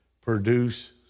produce